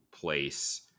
place